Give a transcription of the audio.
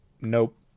Nope